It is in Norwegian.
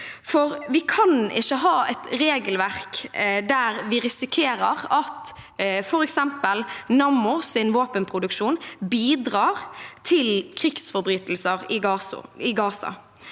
for vi kan ikke ha et regelverk der vi risikerer at f.eks. Nammos våpenproduksjon bidrar til krigsforbrytelser i Gaza.